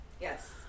yes